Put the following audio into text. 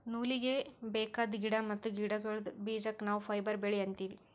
ನೂಲೀಗಿ ಬೇಕಾದ್ ಗಿಡಾ ಮತ್ತ್ ಗಿಡಗೋಳ್ದ ಬೀಜಕ್ಕ ನಾವ್ ಫೈಬರ್ ಬೆಳಿ ಅಂತೀವಿ